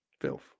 Filth